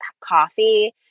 coffee